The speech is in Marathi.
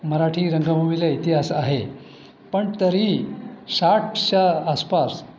मराठी रंगभूमीला इतिहास आहे पण तरी साठच्या आसपास